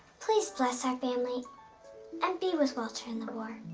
please bless our family and be with walter in the war.